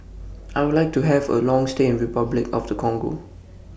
I Would like to Have A Long stay in Republic of The Congo